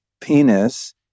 penis